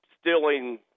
stealing